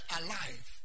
alive